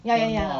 ya ya ya